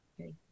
Okay